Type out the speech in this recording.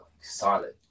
solid